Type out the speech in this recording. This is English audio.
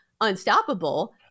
unstoppable